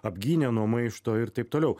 apgynė nuo maišto ir taip toliau